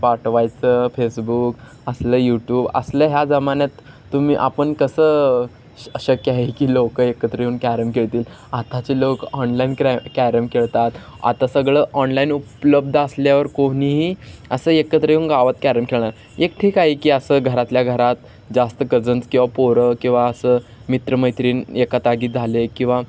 पाठवायचं फेसबुक असलं यूट्यूब असल्या ह्या जमान्यात तुम्ही आपण कसं शक्य आहे की लोकं एकत्र येऊन कॅरम खेळतील आताचे लोक ऑनलाईन क्रॅ कॅरम खेळतात आता सगळं ऑनलाईन उपलब्ध असल्यावर कोणीही असं एकत्र येऊन गावात कॅरम खेळणार एक ठीक आहे की असं घरातल्या घरात जास्त कझन्स किंवा पोरं किंवा असं मित्रमैत्रीण एकातागित झाले किंवा